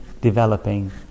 developing